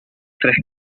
tres